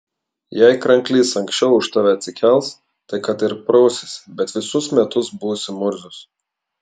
jei kranklys anksčiau už tave atsikels tai kad ir prausiesi bet visus metus būsi murzius